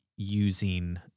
Using